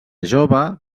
jove